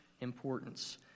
importance